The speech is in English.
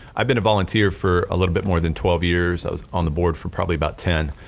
i've been a volunteer for a little bit more than twelve years, i was on the board for probably about ten.